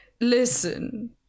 listen